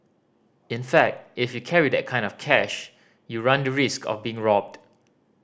in fact if you carry that kind of cash you run the risk of being robbed